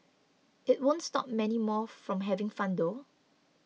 it won't stop many more from having fun though